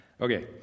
Okay